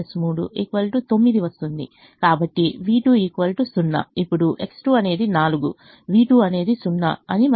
ఇప్పుడు X2 అనేది 4 v2 అనేది 0 అని మనం గ్రహించాము